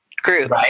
group